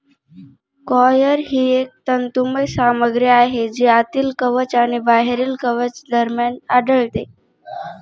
coir ही एक तंतुमय सामग्री आहे जी आतील कवच आणि बाहेरील कवच दरम्यान आढळते